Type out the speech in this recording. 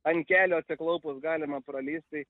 ant kelių atsiklaupus galima pralįst tai